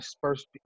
first